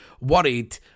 worried